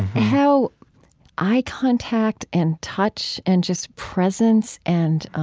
how eye contact and touch and just presence and